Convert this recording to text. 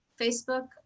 Facebook